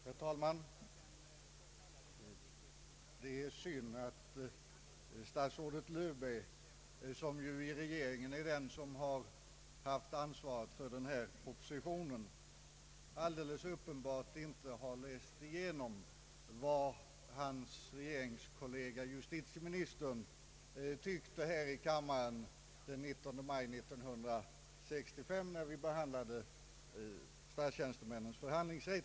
Herr talman! Det är synd att statsrådet Löfberg, som i regeringen haft ansvaret för denna proposition, alldeles uppenbart inte har läst igenom vad hans regeringskollega justitieministern anförde här i kammaren den 19 maj 1965 när vi behandlade statstjänstemännens förhandlingsrätt.